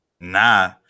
Nah